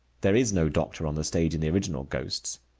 there is no doctor on the stage in the original ghosts.